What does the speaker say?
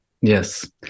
yes